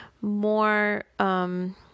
more